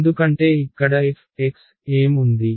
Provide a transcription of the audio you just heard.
ఎందుకంటే ఇక్కడ f ఏం ఉంది